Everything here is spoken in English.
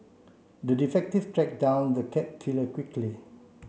the tracked down the cat killer quickly